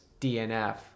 DNF